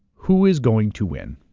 who is going to win.